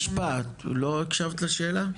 את לא הקשבת לשאלה,